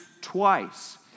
twice